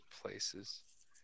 places